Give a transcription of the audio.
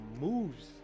moves